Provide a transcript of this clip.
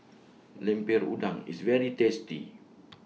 Lemper Udang IS very tasty